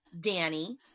Danny